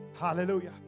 Hallelujah